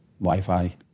Wi-Fi